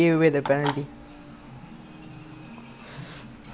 I don't know lah I think I don't know lah I feel like they never use